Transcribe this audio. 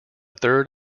third